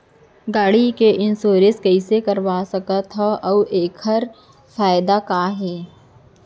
गाड़ी के इन्श्योरेन्स कइसे करा सकत हवं अऊ एखर का फायदा हे?